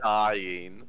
dying